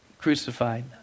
crucified